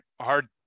hard